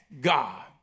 God